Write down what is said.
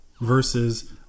versus